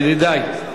ידידי,